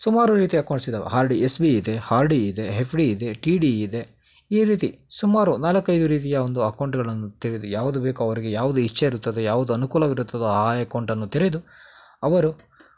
ಸುಮಾರು ರೀತಿಯ ಅಕೌಂಟ್ಸ್ ಇದಾವೆ ಹಾರ್ ಡಿ ಎಸ್ ಬಿ ಇದೆ ಹಾರ್ ಡಿ ಇದೆ ಎಫ್ ಡಿ ಇದೆ ಟಿ ಡಿ ಇದೆ ಈ ರೀತಿ ಸುಮಾರು ನಾಲ್ಕೈದು ರೀತಿಯ ಒಂದು ಅಕೌಂಟ್ಗಳನ್ನು ತೆರೆದು ಯಾವುದು ಬೇಕೊ ಅವರಿಗೆ ಯಾವುದು ಇಚ್ಛೆ ಇರುತ್ತದೆ ಯಾವುದು ಅನುಕೂಲವಿರುತ್ತದೋ ಆ ಎಕೌಂಟನ್ನು ತೆರೆದು ಅವರು